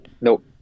Nope